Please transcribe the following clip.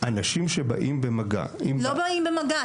אנשים שבאים במגע עם --- לא באים במגע,